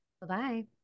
Bye-bye